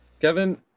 Kevin